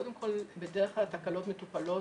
קודם כל בדרך כלל תקלות מטופלות,